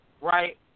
right